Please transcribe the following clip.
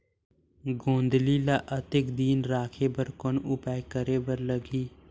गोंदली ल अधिक दिन राखे बर कौन उपाय करे बर लगही?